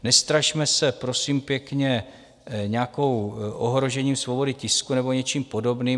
Nestrašme se, prosím pěkně, nějakým ohrožením svobody tisku nebo něčím podobným.